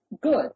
good